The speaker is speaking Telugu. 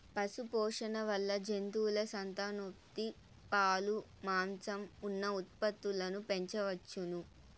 పశుపోషణ వల్ల జంతువుల సంతానోత్పత్తి, పాలు, మాంసం, ఉన్ని ఉత్పత్తులను పెంచవచ్చును